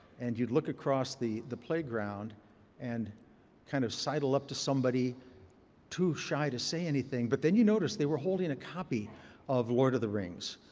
and you'd look across the the playground and kind of sidle up to somebody too shy to say anything. but then you noticed they were holding a copy of lord of the rings.